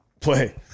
play